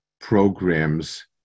programs